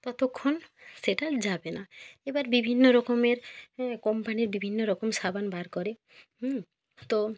ততক্ষণ সেটা যাবে না এবার বিভিন্ন রকমের হ্যাঁ কোম্পানির বিভিন্ন রকম সাবান বার করে হুম তো